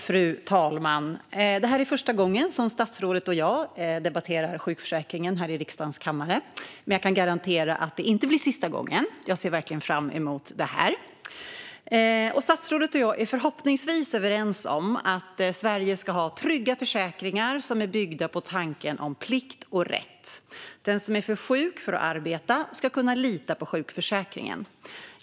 Fru talman! Detta är första gången som statsrådet och jag debatterar sjukförsäkringen här i riksdagens kammare, men jag kan garantera att det inte blir sista gången. Jag ser verkligen fram emot det här. Statsrådet och jag är förhoppningsvis överens om att Sverige ska ha trygga försäkringar som är byggda på tanken om plikt och rätt. Den som är för sjuk för att arbeta ska kunna lita på sjukförsäkringen.